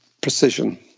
precision